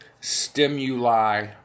stimuli